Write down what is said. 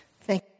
Thank